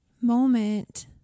moment